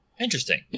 Interesting